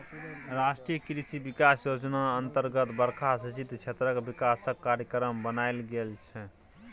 राष्ट्रीय कृषि बिकास योजना अतर्गत बरखा सिंचित क्षेत्रक बिकासक कार्यक्रम बनाएल गेल छै